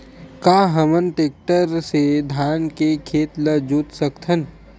का हमन टेक्टर से धान के खेत ल जोत सकथन?